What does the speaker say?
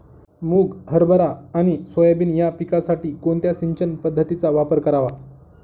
मुग, हरभरा आणि सोयाबीन या पिकासाठी कोणत्या सिंचन पद्धतीचा वापर करावा?